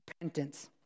repentance